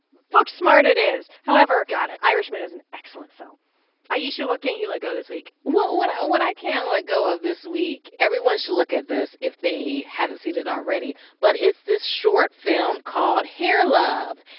booksmart it is. however. got it irishman is an excellent film ayesha, what can't you let go this week? well, what what i can let go of this week everyone should look at this if they haven't seen it already. but it's this short film called hair love.